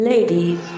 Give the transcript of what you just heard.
Ladies